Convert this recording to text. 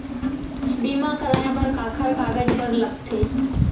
बीमा कराय बर काखर कागज बर लगथे?